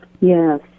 Yes